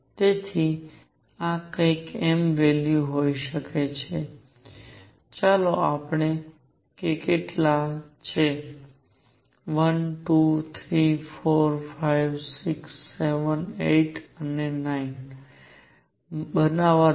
તેથી આ કંઈક m વૅલ્યુ હોઈ શકે છે ચાલો જોઈએ કે કેટલા છે 1 2 3 4 5 6 7 8 મને 9 બનાવવા દો